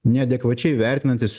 neadekvačiai vertinantys